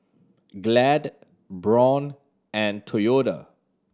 Glad Braun and Toyota